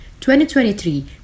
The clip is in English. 2023